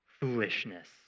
foolishness